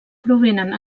provenen